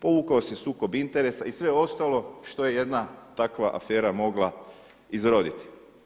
Povukao se sukob interesa i sve ostalo što je jedna takva afera mogla izroditi.